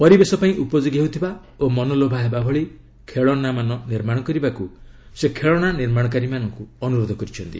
ପରିବେଶ ପାଇଁ ଉପଯୋଗୀ ହେଉଥିବା ଓ ମନଲୋଭା ହେବା ଭଳି ଖେଳଣାମାନ ନିର୍ମାଣ କରିବାକୁ ସେ ଖେଳଣା ନିର୍ମାଣକାରୀମାନଙ୍କୁ ଅନୁରୋଧ କରିଛନ୍ତି